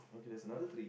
okay there's another three